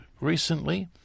recently